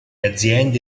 aziende